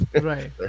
Right